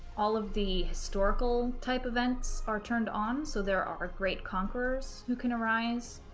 all of the historical-type events are turned on, so there are great conquerors who can arise,